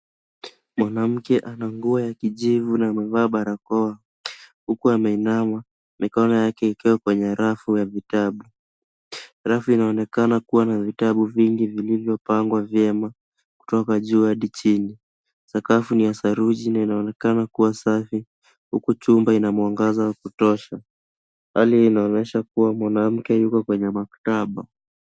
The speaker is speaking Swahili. Mwanamke ana nguo ya kijivu na amevaa barakoa huku ameinama mikono yake imekua kwenye rafu ya vitabu. Rafu imeonekana kua na vitabu vingi vilivyopangwa vyema kutoka juu hadi chini. Sakafu ni ya saruji na inaonekana kua safi huku chumba ina mwangaza wa kutosha. Hali inaonesha kua mwanamke yuko kwenye maktaba.